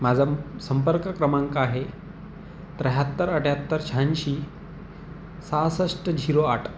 माझं संपर्क क्रमांक आहे त्र्याहत्तर अठ्याहत्तर शहाऐंशी सहासष्ट झिरो आठ